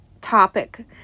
topic